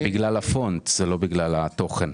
זה בגלל הפונט, לא בגלל התוכן.